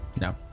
No